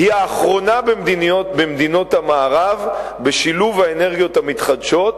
ישראל היא האחרונה במדינות המערב בשילוב האנרגיות המתחדשות,